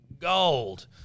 gold